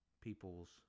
people's